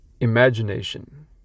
Imagination